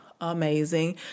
amazing